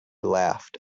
laughed